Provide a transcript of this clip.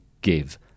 give